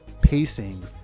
pacing